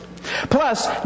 Plus